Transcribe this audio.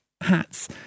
hats